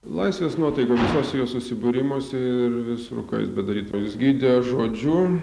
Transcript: laisvės nuotaika visuose jo susibūrimuose ir visur ką jis bedarytų ar jis gydė žodžiu